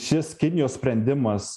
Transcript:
kai šis kinijos sprendimas